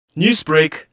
Newsbreak